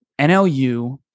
NLU